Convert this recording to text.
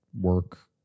work